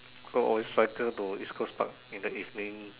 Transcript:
so always cycle to East Coast Park in the evening